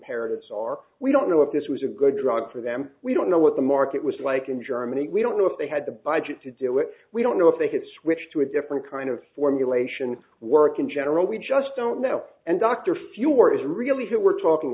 imperatives are we don't know if this was a good drug for them we don't know what the market was like in germany we don't know if they had the budget to do it we don't know if they could switch to a different kind of formulation work in general we just don't know and dr fewer is really what we're talking